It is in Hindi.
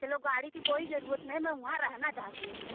चलो गाड़ी की कोई ज़रूरत नहीं मैं वहाँ रहना चाहती हूँ